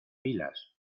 pilas